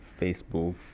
Facebook